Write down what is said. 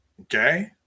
okay